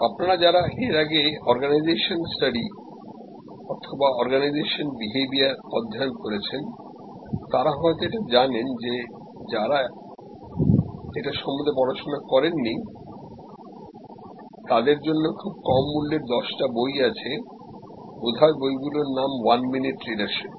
আপনারা যারা এর আগে অর্গানাইজেশন স্টাডি অথবা অর্গানাইজেশন বিহেভিয়ারঅধ্যায়ন করেছেন তারা হয়তো এটা জানেন এবং যারা এটা সম্বন্ধে পড়াশোনা করেননি তাদের জন্য খুব কম মূল্যের দশটা বই আছে বোধহয় বইগুলোর নাম ওয়ান মিনিট লিডারশিপ